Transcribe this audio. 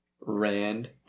rand